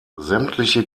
sämtliche